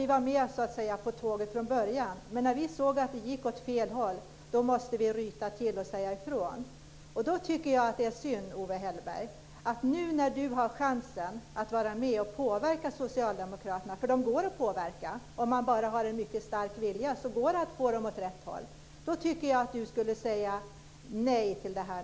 Vi var alltså med på tåget från början, men när vi såg att det gick åt fel håll måste vi ryta till och säga ifrån. Jag tycker att det är synd att Owe Hellberg inte tar chansen, nu när han har den, att vara med och påverka socialdemokraterna - för de går att påverka och få åt rätt håll om man bara har en mycket stark vilja. Jag tycker att han skulle säga nej till detta.